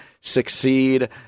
succeed